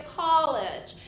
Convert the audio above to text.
college